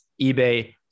eBay